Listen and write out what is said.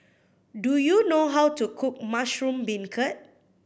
do you know how to cook mushroom beancurd